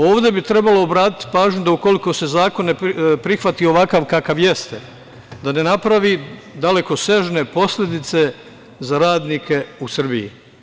Ovde bi trebalo obratiti pažnju da ukoliko se zakon ne prihvati ovakav kakav jeste da ne napravi dalekosežne posledice za radnike u Srbiji.